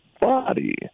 body